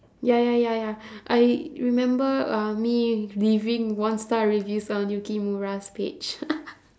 ya ya ya ya I remember uh me leaving one-star reviews on yukimura's page